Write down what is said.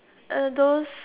uh those